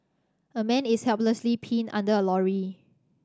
a man is helplessly pinned under a lorry